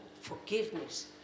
forgiveness